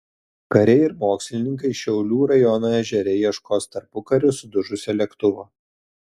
kariai ir mokslininkai šiaulių rajono ežere ieškos tarpukariu sudužusio lėktuvo